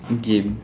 game